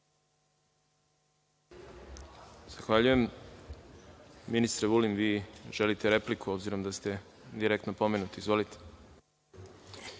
Zahvaljujem. Ministre Vulin, vi želite repliku, obzirom da ste direktno pomenuti? Izvolite.